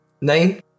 Nine